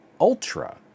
Ultra